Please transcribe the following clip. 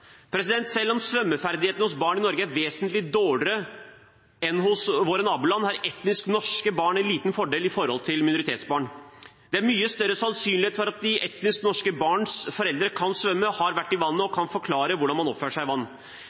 Selv om svømmeferdighetene hos barn i Norge er vesentlig dårligere enn i våre naboland, har etnisk norske barn en liten fordel i forhold til minoritetsbarn. Det er mye større sannsynlighet for at etnisk norske barns foreldre kan svømme, har vært i vannet og kan forklare hvordan man oppfører seg i vann.